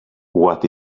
what